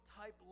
type